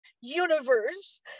universe